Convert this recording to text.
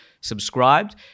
subscribed